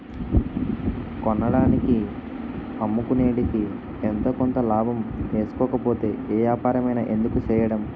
కొన్నదానికి అమ్ముకునేదికి ఎంతో కొంత లాభం ఏసుకోకపోతే ఏ ఏపారమైన ఎందుకు సెయ్యడం?